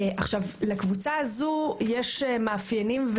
לקבוצה הזו יש מאפיינים,